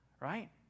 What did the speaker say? right